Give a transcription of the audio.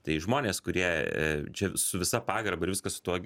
tai žmonės kurie čia su visa pagarba ir viskas su tuo